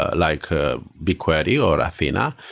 ah like bigquery or athena,